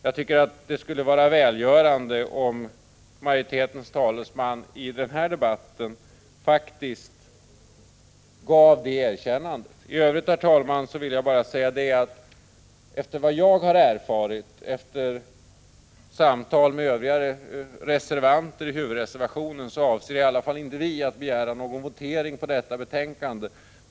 Jag tycker att det skulle vara välgörande om majoritetens talesman i den här debatten gav det erkännandet. I övrigt, herr talman, vill jag bara säga att enligt vad jag har erfarit vid samtal med övriga som står bakom huvudreservationen avser i alla fall inte vi att begära någon votering på detta betänkande.